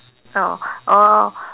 oh or